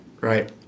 right